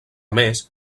més